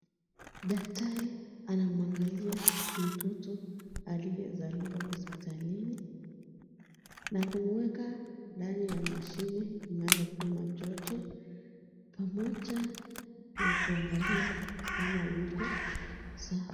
Daktari anamwangalia mtoto aliyezaliwa hospitalini na kumweka ndani ya mashine inayopima joto pamoja na kumwangalia kama yuko sawa.